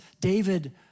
David